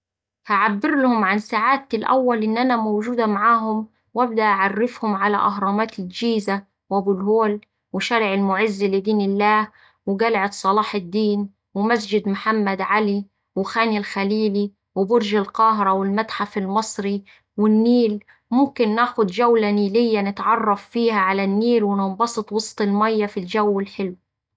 هعبرلهم عن سعادتي الأول إن أنا موجودة معاهم وأبدأ أعرفهم على أهرامات الجيزة وأبو الهول وشارع المعز لدين الله وقلعة صلاح الدين ومسجد محمد على وخان الخليلي وبرج القاهرة والمتحف المصري والنيل، ممكن ناخد جولة نيلية نتعرف فيها على النيل وننبسط وسط الميا في الجو الحلو.